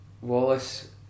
Wallace